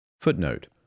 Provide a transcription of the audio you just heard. Footnote